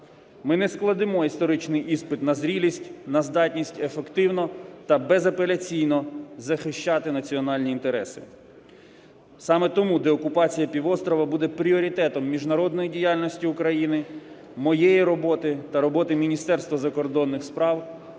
ми не складемо історичний іспит на зрілість, на здатність ефективно та безапеляційно захищати національні інтереси. Саме тому деокупація півострова буде пріоритетом міжнародної діяльності України, моєї роботи та роботи Міністерства закордонних справ,